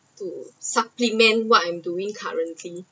to supplement what I’m doing currently